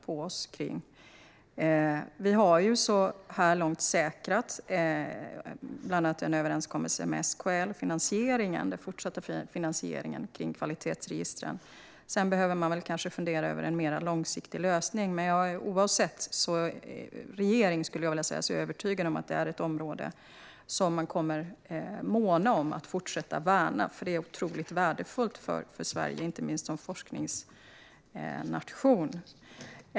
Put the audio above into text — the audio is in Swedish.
Så här långt har vi säkrat en överenskommelse med SKL om den fortsatta finansieringen av kvalitetsregistren. Sedan behöver man kanske fundera över en mer långsiktig lösning. Men oavsett regering är jag övertygad om att detta är ett område som man kommer att vara mån om att fortsätta värna, för det är otroligt värdefullt för Sverige, inte minst som forskningsnation.